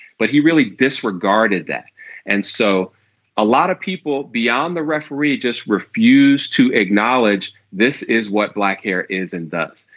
but he really disregarded that and so a lot of people beyond the referee just refuse to acknowledge this is what black hair is and does.